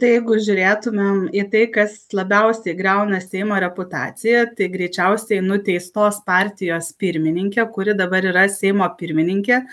tai jeigu žiūrėtumėm į tai kas labiausiai griauna seimo reputaciją tai greičiausiai nuteistos partijos pirmininkė kuri dabar yra seimo pirmininkė